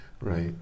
Right